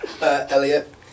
Elliot